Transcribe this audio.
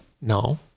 No